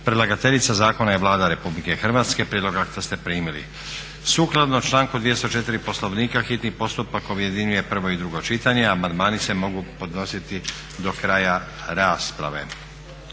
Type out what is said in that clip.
Predlagateljica zakona je Vlada RH. Prijedlog akta ste primili. Sukladno članku 204. Poslovnika hitni postupak objedinjuje prvo i drugo čitanje. Amandmani se mogu podnositi do kraja rasprave.